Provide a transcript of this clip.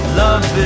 love